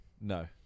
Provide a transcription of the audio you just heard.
No